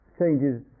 Changes